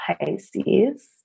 Pisces